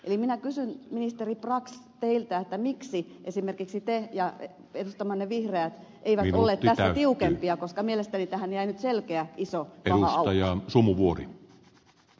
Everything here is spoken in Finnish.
eli minä kysyn ministeri brax teiltä miksi esimerkiksi te ja edustamanne vihreät eivät olleet tässä tiukempia koska mielestäni tähän jäi nyt selkeä iso paha aukko